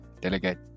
Delegate